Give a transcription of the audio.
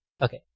Okay